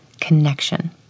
Connection